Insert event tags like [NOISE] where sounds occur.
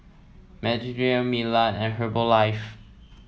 [UNINTELLIGIBLE] Milan and Herbalife